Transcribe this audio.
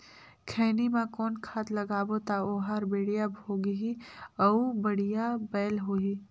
खैनी मा कौन खाद लगाबो ता ओहार बेडिया भोगही अउ बढ़िया बैल होही?